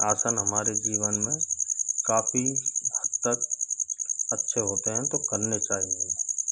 आसन हमारे जीवन में काफ़ी हद तक अच्छे होते हैं तो करने चाहिए